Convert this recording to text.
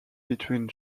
between